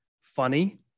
funny